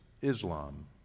Islam